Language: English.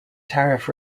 tariff